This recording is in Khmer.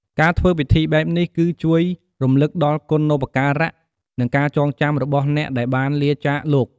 ការធ្វើពិធីបែបនេះ គឺជួយរំលឹកដល់គុណូបការៈ និងការចងចាំរបស់អ្នកដែលបានលាចាកលោក។